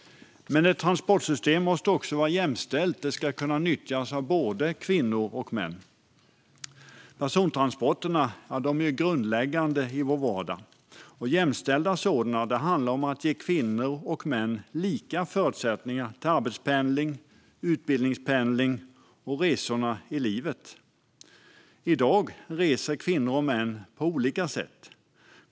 Ett transportsystem måste också vara jämställt. Det ska kunna nyttjas av både kvinnor och män. Persontransporterna är grundläggande för vår vardag, och jämställda sådana handlar om att ge kvinnor och män lika förutsättningar för arbetspendling, utbildningspendling och resorna i livet. I dag reser kvinnor och män på olika sätt.